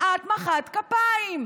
את מחאת כפיים.